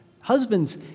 Husbands